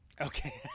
Okay